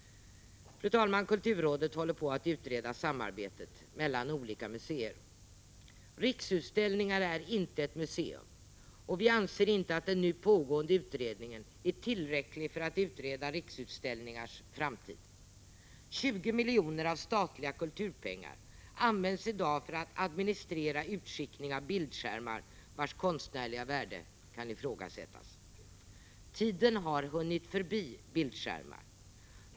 Fru talman! Kulturrådet håller på att utreda samarbetet mellan olika museer. Riksutställningar är inte ett museum, och vi anser inte att den nu pågående utredningen är tillräcklig för att utreda Riksutställningars framtid. 20 miljoner av statliga kulturpengar används i dag för att administrera utskickning av bildskärmar vars konstnärliga värde kan ifrågasättas. Tiden har hunnit förbi bildskärmar.